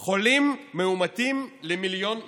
על חולים מאומתים למיליון נפש.